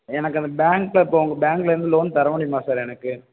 எனக்கு அந்த பேங்க் இப்போ உங்கள் பேங்க்லருந்து லோன் தர முடியுமா சார் எனக்கு